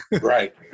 Right